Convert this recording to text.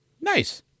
Nice